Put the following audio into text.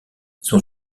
son